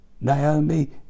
Naomi